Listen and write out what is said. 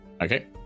Okay